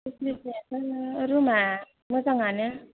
फेसिलिटिआथ' नोंङो रुमा मोजांआनो